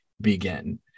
begin